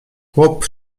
chłop